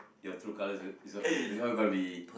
your true colours is all is all is all gonna be